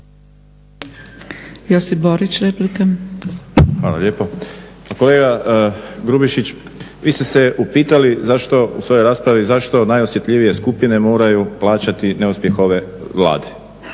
Josip (HDZ)** Hvala lijepo. Kolega Grubišić, vi ste se upitali zašto u svojoj raspravi, zašto najosjetljivije skupine moraju plaćati neuspjeh ove Vlade,